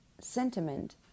sentiment